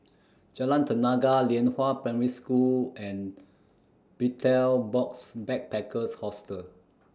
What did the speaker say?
Jalan Tenaga Lianhua Primary School and Betel Box Backpackers Hostel